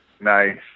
Nice